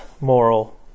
moral